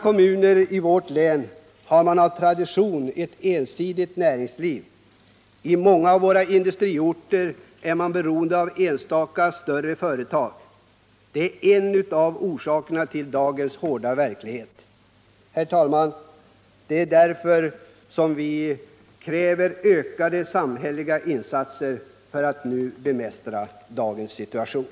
Kommunerna i vårt län har av tradition ett ensidigt näringsliv och på många av våra industriorter är man beroende av enstaka större företag — det är en av orsakerna till dagens hårda verklighet. Herr talman! Det är därför som vi kräver ökade samhälleliga insatser för att bemästra dagens situation.